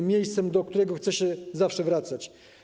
To miejsce, do którego chce się zawsze wracać.